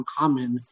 uncommon